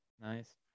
Nice